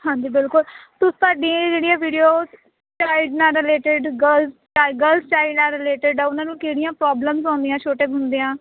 ਹਾਂਜੀ ਬਿਲਕੁਲ ਤੁਸੀਂ ਸਾਡੀ ਜਿਹੜੀਆਂ ਵੀਡੀਓ ਚਾਈਲਡ ਨਾਲ ਰਿਲੇਟਡ ਗਰਲ ਚਾਈਲਡ ਨਾਲ ਰਿਲੇਟਡ ਆ ਉਹਨਾਂ ਨੂੰ ਕਿਹੜੀਆਂ ਪ੍ਰੋਬਲਮ ਆਉਂਦੀਆਂ ਛੋਟੇ ਹੁੰਦਿਆਂ